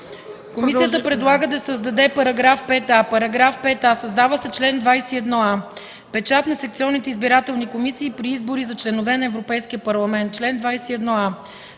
Комисията предлага да се създаде § 5а: „§ 5а. Създава се чл. 21а: „Печат на секционните избирателни комисии при избори за членове на Европейския парламент Чл. 21а.